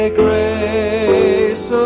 grace